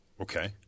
Okay